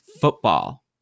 football